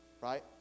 right